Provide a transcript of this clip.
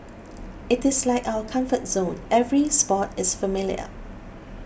it is like our comfort zone every spot is familiar